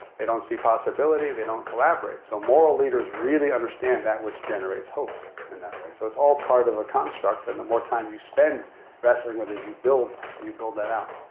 they don't see possibility. they don't collaborate. so moral leaders really understand that which generates hope in that way. so it's all part of a construct. and the more time you spend wrestling with it, you build you build that out.